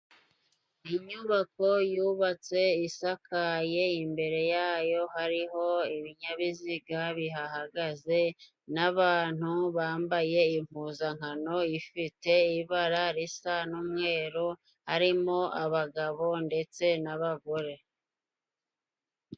Inyubako yubatswe isakaye， imbere yayo hariho ibinyabiziga bihahagaze， n'abantu bambaye impuzankano ifite ibara risa n'umweru， harimo abagabo ndetse n'abagore.